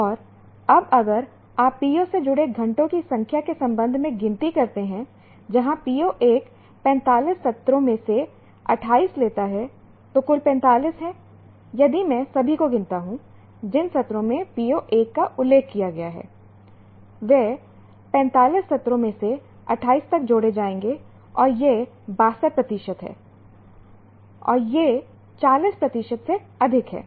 और अब अगर आप PO से जुड़े घंटों की संख्या के संबंध में गिनती करते हैं जहां PO1 45 सत्रों में से 28 लेता है तो कुल 45 हैं यदि मैं सभी को गिनता हूं जिन सत्रों में PO1 का उल्लेख किया गया है वह 45 सत्रों में से 28 तक जोड़े जाएंगे और यह 62 प्रतिशत है और यह 40 प्रतिशत से अधिक है